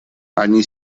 они